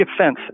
offense